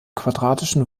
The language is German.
quadratischen